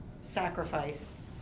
sacrifice